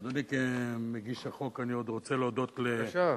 אדוני, כמגיש החוק אני עוד רוצה להודות, בבקשה.